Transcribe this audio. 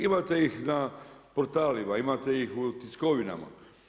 Imate ih na portalima, imate ih u tiskovinama.